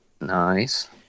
nice